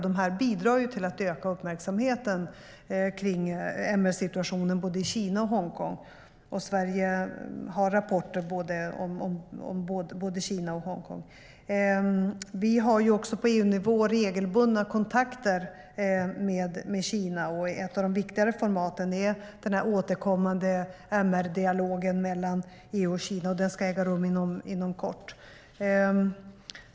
De bidrar till att öka uppmärksam-heten kring MR-situationen i både Kina och Hongkong. Sverige har rapporter om både Kina och Hongkong. På EU-nivå har vi regelbundna kontakter med Kina. Ett av de viktigare formaten är den återkommande MR-dialogen mellan EU och Kina. Den ska äga rum inom kort.